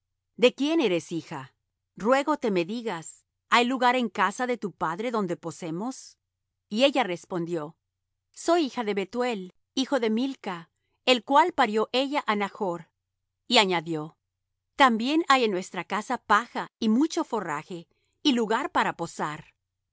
de quién eres hija ruégote me digas hay lugar en casa de tu padre donde posemos y ella respondió soy hija de bethuel hijo de milca el cual parió ella á nachr y añadió también hay en nuestra casa paja y mucho forraje y lugar para posar